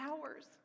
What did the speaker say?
hours